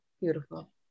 Beautiful